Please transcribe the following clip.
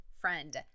Friend